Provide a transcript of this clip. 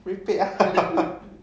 merepek ah